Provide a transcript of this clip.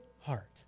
heart